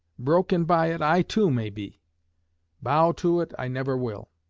broken by it, i too may be bow to it, i never will.